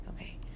Okay